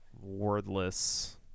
wordless